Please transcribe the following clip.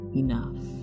enough